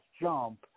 jump